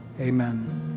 Amen